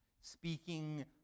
speaking